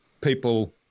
people